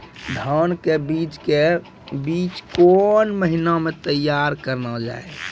धान के बीज के बीच कौन महीना मैं तैयार करना जाए?